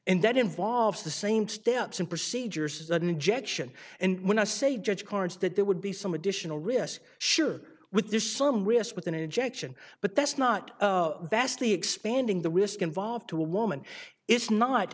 and that involves the same steps and procedures as an injection and when i say judge carnes that there would be some additional risk should with there's some risk with an ejection but that's not vastly expanding the risk involved to a woman it's not